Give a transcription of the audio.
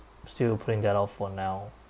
still putting that off for now